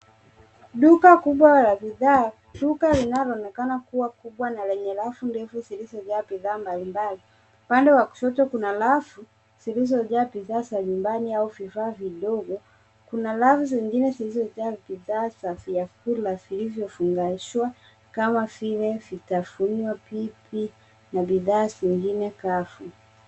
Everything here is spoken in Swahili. Duka kubwa la bidhaa. Duka linaloonekana kuwa kubwa na lenye rafu ndefu zilizojaa bidhaa mbalimbali. Upande wa kushoto kuna rafu zilizojaa bidhaa za nyumbani au vifaa vidogo. Kuna rafu zingine zilizojaa bidhaa za vyakula vilivyofunganishwa kama vile vitafunwa, pipi na bidhaa zingine kavu.